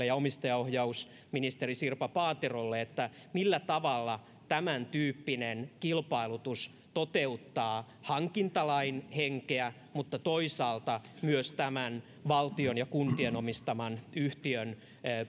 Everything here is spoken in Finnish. ja omistajaohjausministeri sirpa paaterolle kysymyksen millä tavalla tämäntyyppinen kilpailutus toteuttaa hankintalain henkeä mutta toisaalta myös tämän valtion ja kuntien omistaman yhtiön